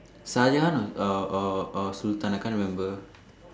sergeant or or or Sultan I can't remember